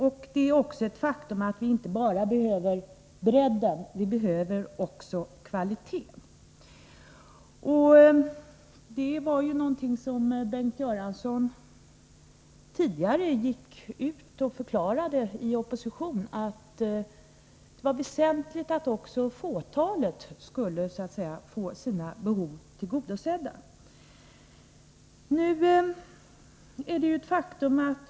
Det är också ett faktum att vi inte bara behöver bredden — vi behöver också kvaliteten. Och det var ju någonting som Bengt Göransson i opposition tidigare gick ut och förklarade, att det var väsentligt att även fåtalet skulle få behoven tillgodosedda i detta hänseende.